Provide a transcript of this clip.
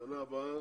בשנה הבאה